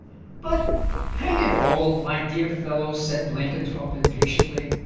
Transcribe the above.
but hang it all, my dear fellow, said blenkinthrope impatiently,